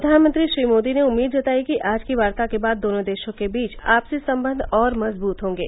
प्रधानमंत्री श्री मोदी ने उम्मीद जताई की आज की वार्ता के बाद दोनों देशों के बीच आपसी संबंध और मजबूत होंगे